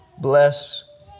bless